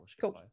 cool